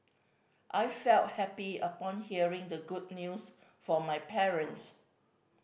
I felt happy upon hearing the good news from my parents